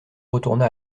retourna